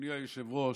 אדוני היושב-ראש,